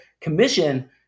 commission